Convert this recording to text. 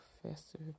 Professor